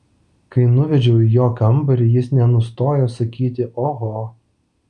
kai nuvedžiau į jo kambarį jis nenustojo sakyti oho